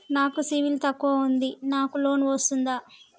నాకు సిబిల్ తక్కువ ఉంది నాకు లోన్ వస్తుందా?